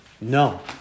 No